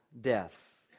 death